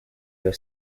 your